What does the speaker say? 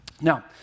Now